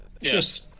Yes